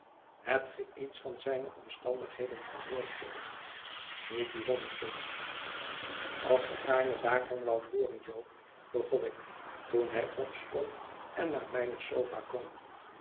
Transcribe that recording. hebt ge iets van zijne omstandigheden gehoord jo niet bijzonder pip als ge gaarne daarvan woudt hooren jo begonik toen hij opstond en naar mijne sofa kwam